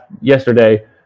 yesterday